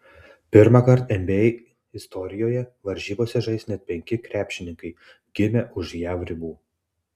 pirmąkart nba istorijoje varžybose žais net penki krepšininkai gimę už jav ribų